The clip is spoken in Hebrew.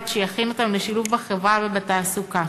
ולהכין אותם לשילוב בחברה ובתעסוקה.